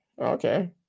okay